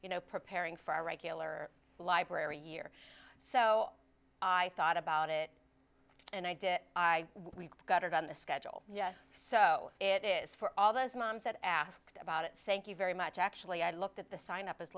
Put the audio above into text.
you know preparing for our regular library year so i thought about it and i did it i we got it on the schedule so it is for all those moms that asked about it thank you very much actually i looked at the sign up